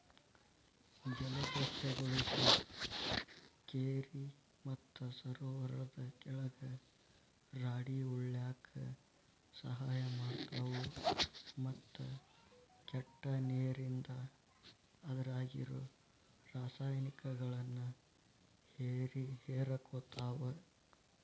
ಜಲಸಸ್ಯಗಳು ಕೆರಿ ಮತ್ತ ಸರೋವರದ ಕೆಳಗ ರಾಡಿ ಉಳ್ಯಾಕ ಸಹಾಯ ಮಾಡ್ತಾವು, ಮತ್ತ ಕೆಟ್ಟ ನೇರಿಂದ ಅದ್ರಾಗಿರೋ ರಾಸಾಯನಿಕಗಳನ್ನ ಹೇರಕೋತಾವ